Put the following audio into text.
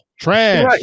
Trash